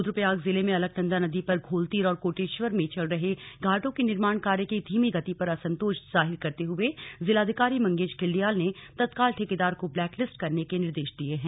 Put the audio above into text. रूद्वप्रयाग जिले में अलकनन्दा नदी पर घोलतीर और कोटेश्वर में चल रहे घाटों के निर्माण कार्य की धीमी गति पर असंतोष ज़ाहिर करते हुए ज़िलाधिकारी मंगेश घिल्डियाल ने तत्काल ठेकेदार को ब्लैक लिस्ट करने के निर्देश दिए हैं